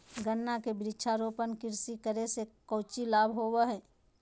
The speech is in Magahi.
गन्ना के वृक्षारोपण कृषि करे से कौची लाभ होबो हइ?